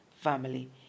family